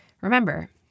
Remember